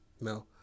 No